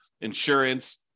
insurance